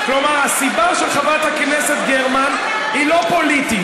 כלומר הסיבה של חברת הכנסת גרמן היא לא פוליטית,